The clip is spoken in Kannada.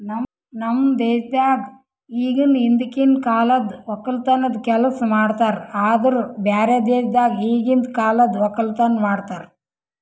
ನಮ್ ದೇಶದಾಗ್ ಇಗನು ಹಿಂದಕಿನ ಕಾಲದ್ ಒಕ್ಕಲತನದ್ ಕೆಲಸ ಮಾಡ್ತಾರ್ ಆದುರ್ ಬ್ಯಾರೆ ದೇಶದಾಗ್ ಈಗಿಂದ್ ಕಾಲದ್ ಒಕ್ಕಲತನ ಮಾಡ್ತಾರ್